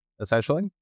essentially